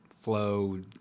flow